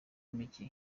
mike